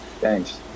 thanks